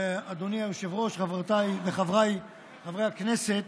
אדוני היושב-ראש, חבריי וחברותיי חברי הכנסת,